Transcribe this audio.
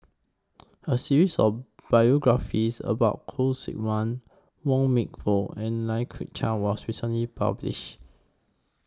A series of biographies about Khoo Seok Wan Wong Meng Voon and Lai Kew Chai was recently published